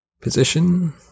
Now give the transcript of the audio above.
position